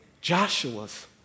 Joshua's